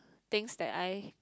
things that I